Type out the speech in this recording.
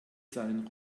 seinen